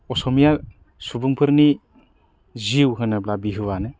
असमीया सुबुंफोरनि जिउ होनोब्ला बिहु आनो